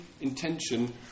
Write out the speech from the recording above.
intention